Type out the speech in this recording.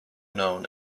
known